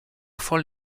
fall